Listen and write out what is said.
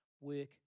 work